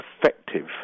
effective